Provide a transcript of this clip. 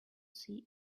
see